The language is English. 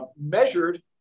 measured